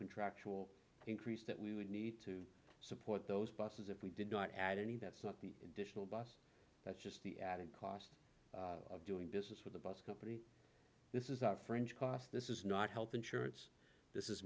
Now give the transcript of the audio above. contractual increase that we would need to support those buses if we did not add any that's not the additional bus just the added cost of doing business with the bus company this is not fringe cost this is not health insurance this is